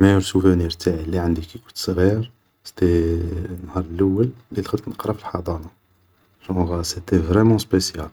مايور سوفينير اللي عندي كي كنت صغير, سيتي النهار الأول اللي دخلت نقرى في الحضانة, خونغ سيتي فريمون سبيسيال,